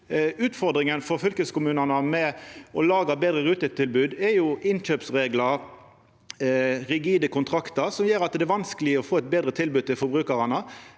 Utfordringa for fylkeskommunane med å laga betre rutetilbod er jo innkjøpsreglar og rigide kontraktar som gjer at det er vanskeleg å få eit betre tilbod til forbrukarane.